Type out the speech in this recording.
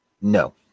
No